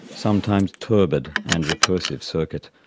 sometimes turbid and recursive circuit.